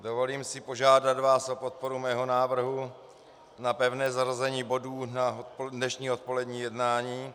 Dovolím si požádat vás o podporu mého návrhu na pevné zařazení bodů na dnešní odpolední jednání.